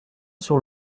sur